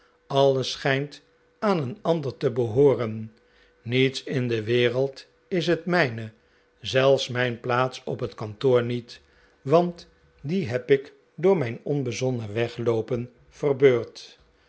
alles schijnt aan een ander te behooren niets in de wereld is het mijne zelfs mijn plaats op het kantoor niet want die heb ik door mijn onbezonnen wegloopen verbeurd